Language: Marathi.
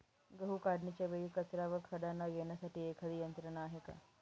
गहू काढणीच्या वेळी कचरा व खडा न येण्यासाठी एखादी यंत्रणा आहे का?